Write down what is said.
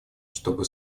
чтобы